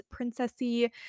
princessy